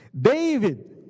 David